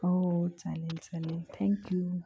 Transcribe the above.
हो चालेल चालेल थँक यू